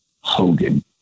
Hogan